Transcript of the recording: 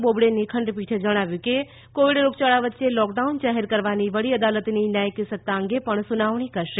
બોબડેની ખંડપીઠે જણાવ્યું કે કોવીડ રોગયાળા વચ્ચે લોકડાઉન જાહેર કરવાની વડી અદાલતની ન્યાયિક સત્તા અંગે પણ સુનાવણી કરશે